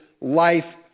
life